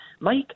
Mike